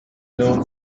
known